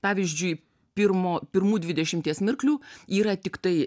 pavyzdžiui pirmo pirmų dvidešimties mirklių yra tiktai